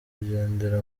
kugendera